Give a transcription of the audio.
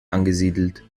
angesiedelt